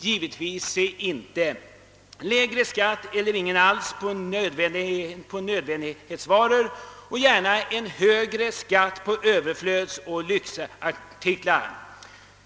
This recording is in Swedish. Givetvis inte. Lägre skatt eller ingen alls på nödvändiga varor och gärna en högre skatt på överflödsoch lyxartiklar!